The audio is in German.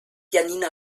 janina